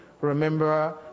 Remember